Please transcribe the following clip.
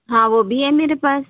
हाँ वो भी है मेरे पास